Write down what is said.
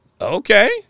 okay